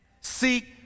Seek